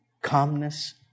Calmness